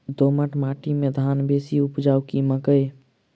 दोमट माटि मे धान बेसी उपजाउ की मकई?